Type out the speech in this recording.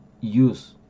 use